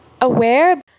aware